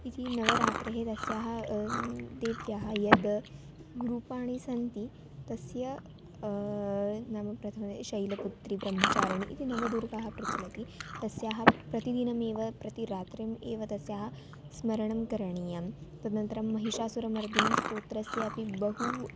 इति नवरात्रिभ्यः तस्याः देव्याः यानि रूपाणि सन्ति तस्य नाम प्रथमं शैलपुत्री ब्रह्मचारिणी इति नवदुर्गाः प्रचलति तस्याः प्रतिदिनमेव प्रतिरात्रौ एव तस्याः स्मरणं करणीयं तदनन्तरं महिषासुरमर्दिनी स्तोत्रस्यापि बहु